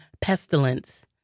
pestilence